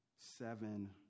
seven